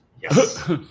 Yes